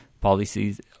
policies